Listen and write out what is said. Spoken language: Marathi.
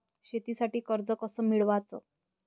शेतीसाठी कर्ज कस मिळवाच?